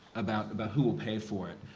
about about who will pay for it.